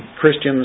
Christians